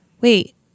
Wait